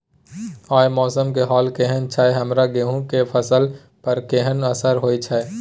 आय मौसम के हाल केहन छै हमर गेहूं के फसल पर केहन असर होय छै?